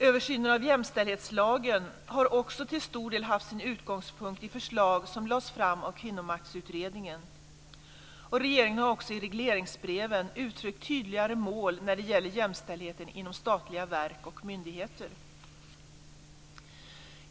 Översynen av jämställdhetslagen har också till stor del haft sin utgångspunkt i förslag som lades fram av Kvinnomaktutredningen. Regeringen har också i regleringsbreven uttryckt tydligare mål när det gäller jämställdheten inom statliga verk och myndigheter.